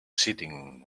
sitting